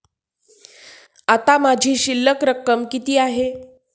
आता माझी शिल्लक रक्कम किती आहे?